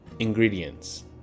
Ingredients